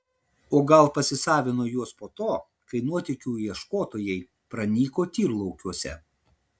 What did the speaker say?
o gal pasisavino juos po to kai nuotykių ieškotojai pranyko tyrlaukiuose